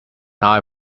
eye